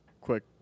quick